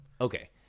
Okay